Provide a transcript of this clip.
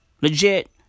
Legit